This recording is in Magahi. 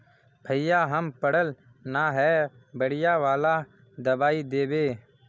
भैया हम पढ़ल न है बढ़िया वाला दबाइ देबे?